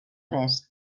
fresc